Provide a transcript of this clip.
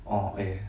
oh eh